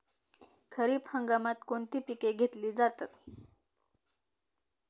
खरीप हंगामात कोणती पिके घेतली जातात?